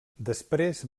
després